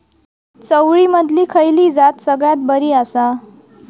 चवळीमधली खयली जात सगळ्यात बरी आसा?